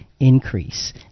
increase